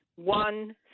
One